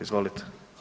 Izvolite.